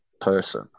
person